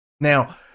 Now